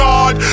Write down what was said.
God